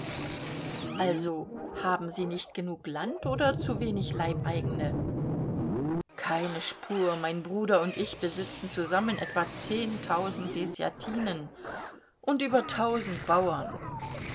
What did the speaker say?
also haben sie nicht genug land oder zu wenig leibeigene keine spur mein bruder und ich besitzen zusammen etwa zehntausend deßjatinen und über tausend bauern